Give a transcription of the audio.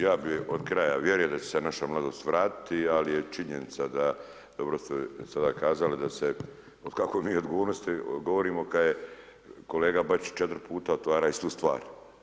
Ja bih od kraja, vjerujem da će se naša mladost vratiti ali je činjenica da, dobro ste sada kazali da se o kakvoj mi odgovornosti govorimo kada kolega Bačić otvara istu stvar.